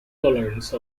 tolerance